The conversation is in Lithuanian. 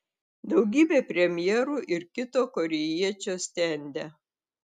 daugybė premjerų ir kito korėjiečio stende